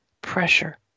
pressure